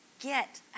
get